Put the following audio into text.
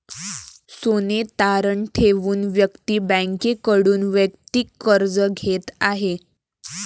सोने तारण ठेवून व्यक्ती बँकेकडून वैयक्तिक कर्ज घेत आहे